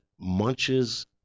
munches